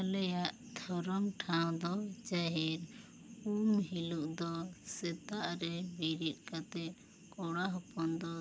ᱟᱞᱮᱭᱟᱜ ᱛᱷᱚᱨᱚᱢ ᱴᱷᱟᱶ ᱫᱚ ᱡᱟᱦᱮᱨ ᱩᱱ ᱦᱤᱞᱚᱜ ᱥᱮᱛᱟᱜ ᱨᱮ ᱵᱮᱨᱮᱫ ᱠᱟᱛᱮᱜ ᱠᱚᱲᱟ ᱦᱚᱯᱚᱱ ᱫᱚ ᱛᱳᱯᱳ